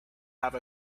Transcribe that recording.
have